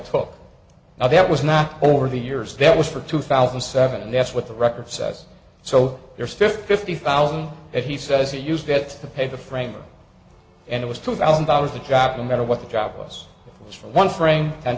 took now that was not over the years that was for two thousand and seven and that's what the record says so there's fifty fifty thousand that he says he used it to pay the framer and it was two thousand dollars a job and matter what the job was was for one friend and